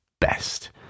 best